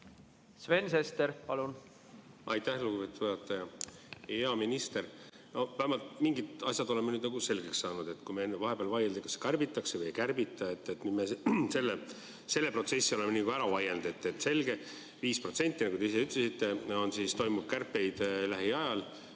Sven Sester, palun!